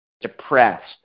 depressed